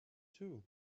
too